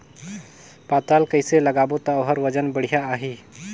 पातल कइसे लगाबो ता ओहार वजन बेडिया आही?